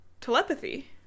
telepathy